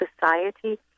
society